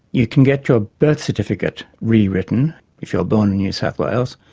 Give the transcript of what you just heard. you can get your ah birth certificate re-written if you're born in new south wales.